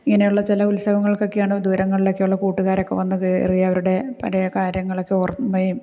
ഇങ്ങനെയുള്ള ചില ഉത്സവങ്ങള്ക്കൊക്കെയാണ് ദൂരങ്ങളിലൊക്കെയുള്ള കൂട്ടുകാരൊക്കെ വന്ന് കയറി അവരുടെ പഴയ കാര്യങ്ങളൊക്കെ ഓര്മയും